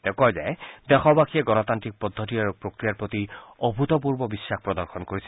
তেওঁ কয় যে দেশবাসীয়ে গণতান্নিক পদ্ধতি আৰু প্ৰক্ৰিয়াৰ প্ৰতি অভূতপূৰ্ব বিশ্বাস প্ৰদৰ্শন কৰিছে